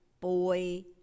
boy